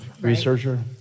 researcher